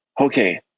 okay